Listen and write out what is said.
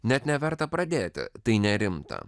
net neverta pradėti tai nerimta